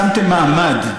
שמתם מעמד,